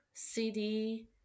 cd